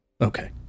Okay